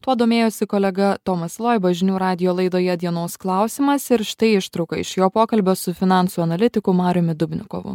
tuo domėjosi kolega tomas loiba žinių radijo laidoje dienos klausimas ir štai ištrauka iš jo pokalbio su finansų analitiku mariumi dubnikovu